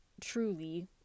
truly